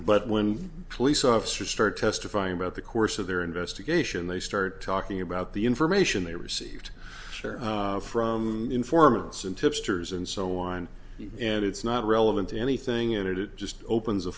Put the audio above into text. but when police officers start testifying about the course of their investigation they start talking about the information they received from informants and tipsters and so on and it's not relevant to anything in it it just opens